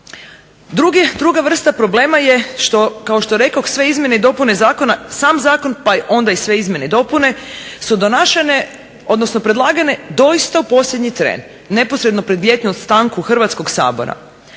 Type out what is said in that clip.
Druga vrsta problema je kao što rekoh sve izmjene i dopune zakona, sam zakon pa onda i sve izmjene i dopune su donešene odnosno predlagane doista u posljednji tren neposredno pred ljetnu stanku Hrvatskog sabora.